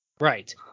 Right